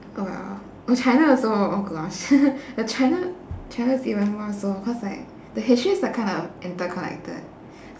or oh china also oh gosh but china china's even more so cause like the histories are kind of interconnected